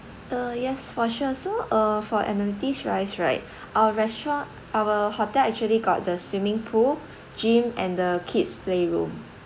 uh yes for sure so uh for amenities wise right our restaurant our hotel actually got the swimming pool gym and the kids' playroom